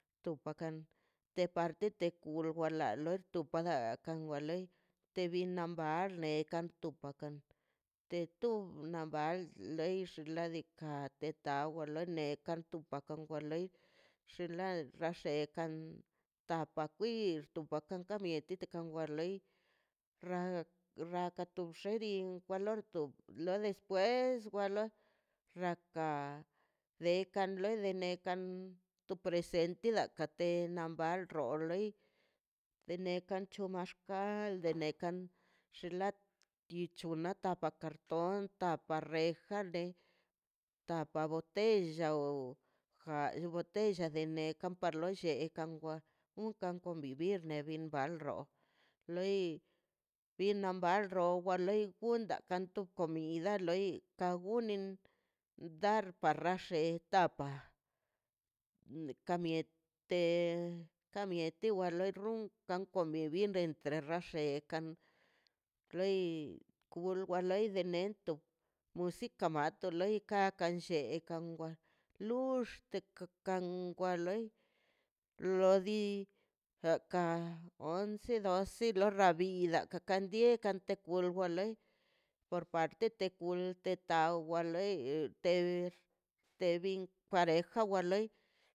partete kur gwala loi to paga kwa wa loi tebaal neka topakan te tu nabaal leix xnaꞌ diikaꞌ te ta wa lo nekan tu pakan wa loi xin la tapa kwix topa papa ka mieti ka aka to bxenin wa lor tu wa despues wa lo rraka deikan loi de nekan to presente dakate na mbal rro or lei de nekan chon maxkal de nekan xlati chonan tapa karton tapa reja tapa botella o ja botella de nekan par lo llekan wal unkan convivir ne bin bal ro loi bin ban mal ro wa loi funda kanto comida loi ka gunin dar para lle da apa ka miete ka mieti wa loi run kan convivir entre rallekan loi kul wa loi en neto sika mato loi ka kan lleka loi wa luxteka kan wa loi lo di jaka once doce lo rabida ka kan die kan wol wa le por parte te kul te ta wa loi te te bin pareja wa loi